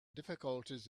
difficulties